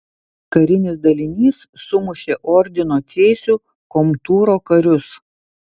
karinis dalinys sumušė ordino cėsių komtūro karius